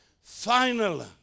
Final